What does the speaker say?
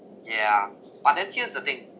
yeah but then here's the thing